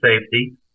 safety